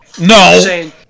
No